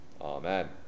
Amen